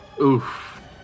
Oof